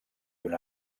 una